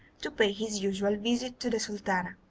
to pay his usual visit to the sultana.